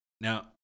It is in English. Now